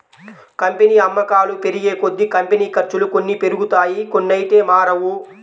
company అమ్మకాలు పెరిగేకొద్దీ, company ఖర్చులు కొన్ని పెరుగుతాయి కొన్నైతే మారవు